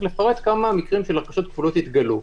לפרט כמה מקרים של הרכשות כפולות נתגלו.